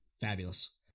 Fabulous